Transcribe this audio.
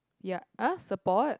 ya !huh! support